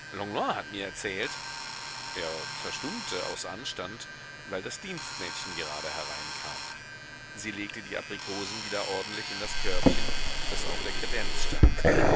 hat mir erzählt er verstummte aus anstand weil das dienstmädchen gerade hereinkam sie legte die aprikosen wieder ordentlich in das körbchen das auf der kredenz stand